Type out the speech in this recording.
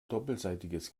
doppelseitiges